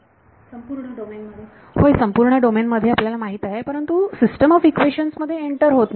विद्यार्थी संपूर्ण डोमेन मध्ये होय संपूर्ण डोमेन मध्ये आपल्याला माहित आहे परंतु ते सिस्टम ऑफ इक्वेशन्स मध्ये एन्ट्रर होत नाही